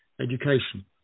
education